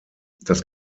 das